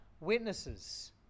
witnesses